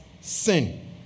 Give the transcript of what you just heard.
sin